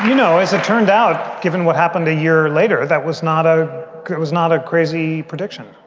you know, as it turned out, given what happened a year later, that was not a it was not a crazy prediction.